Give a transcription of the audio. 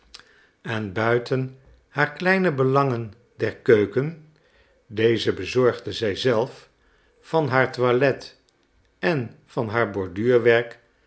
en buiten haar kleine belangen der keuken deze bezorgde zij zelf van haar toilet en van haar borduurwerk